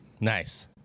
nice